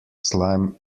slime